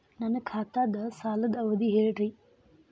ನನ್ನ ಖಾತಾದ್ದ ಸಾಲದ್ ಅವಧಿ ಹೇಳ್ರಿ